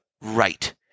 right